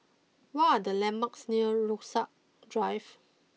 what are the landmarks near Rasok Drive